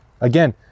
Again